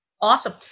awesome